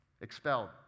expelled